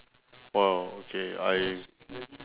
!wow! okay I